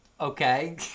Okay